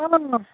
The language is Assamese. অঁ